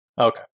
Okay